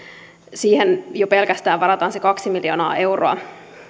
siihen jo pelkästään varataan se kaksi miljoonaa euroa